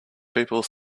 people